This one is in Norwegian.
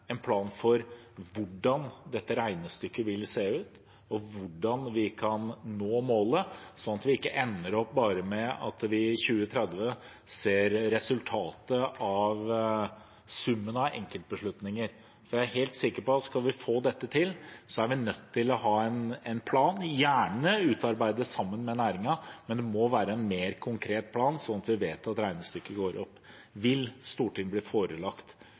en plan for hvordan dette regnestykket vil se ut, og hvordan vi kan nå målet, sånn at vi ikke bare ender opp med at vi i 2030 ser resultatet av summen av enkeltbeslutninger? Jeg er helt sikker på at skal vi få til dette, er vi nødt til å ha en plan, gjerne utarbeidet sammen med næringen, men det må være en mer konkret plan, sånn at vi vet at regnestykket går opp. Vil Stortinget på egnet måte bli forelagt